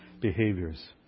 behaviors